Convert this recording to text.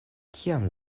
kiam